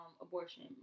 abortion